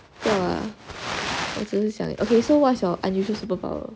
不要 ah 我只是想 okay so what's your unusual superpower